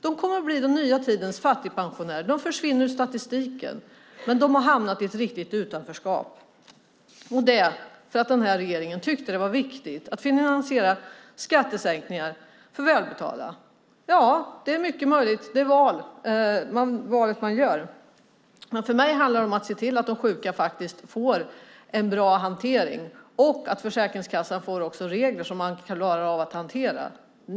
De kommer att bli den nya tidens fattigpensionärer. De försvinner ur statistiken, men de har hamnat i ett riktigt utanförskap, och det för att den här regeringen tyckte att det var viktigt att finansiera skattesänkningar för välbetalda. Det är mycket möjligt att det är det valet man gör, men för mig handlar det om att se till att de sjuka faktiskt får en bra hantering och att Försäkringskassan också får regler som man klarar av att hantera.